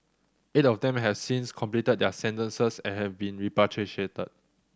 eight of them have since completed their sentences and have been repatriated